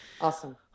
Awesome